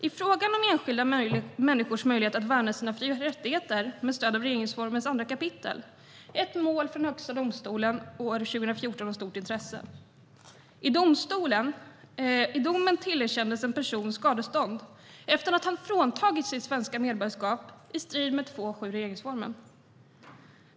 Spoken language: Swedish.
I fråga om enskilda människors möjlighet att värna sina fri och rättigheter med stöd av regeringsformens andra kapitel är ett mål som Högsta domstolen avgjorde år 2014 av stort intresse. I domen tillerkändes en person skadestånd efter att han fråntagits sitt svenska medborgarskap i strid med 2 kap. 7 § i regeringsformen.